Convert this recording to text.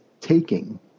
taking